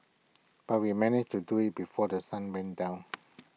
but we managed to do IT before The Sun went down